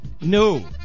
No